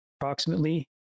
approximately